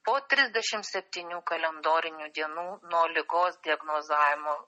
po trisdešimt septynių kalendorinių dienų nuo ligos diagnozavimo